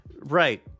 Right